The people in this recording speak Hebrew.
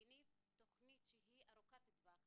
הניב תכנית ארוכת טווח.